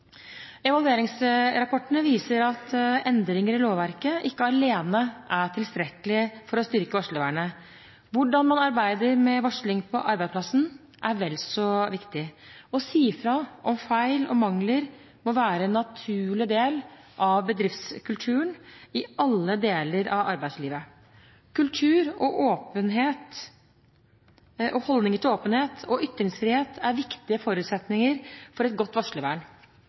Evalueringsrapportene viser at endringer i lovverket alene ikke er tilstrekkelig for å styrke varslervernet. Hvordan man arbeider med varsling på arbeidsplassen, er vel så viktig. Å si ifra om feil og mangler må være en naturlig del av bedriftskulturen i alle deler av arbeidslivet. Kultur og holdninger til åpenhet og ytringsfrihet er viktige forutsetninger for et godt varslervern.